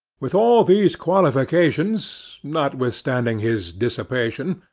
with all these qualifications, notwithstanding his dissipation,